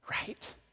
right